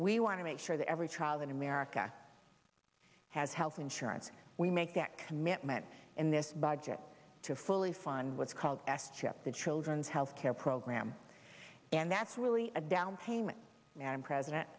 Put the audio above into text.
we want to make sure that every child in america has health insurance we make that commitment in this budget to fully fund what's called s chip the children's health care program and that's really a down payment now i'm president